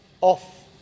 off